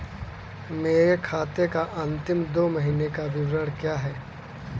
मेरे खाते का अंतिम दो महीने का विवरण क्या है?